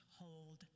hold